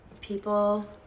people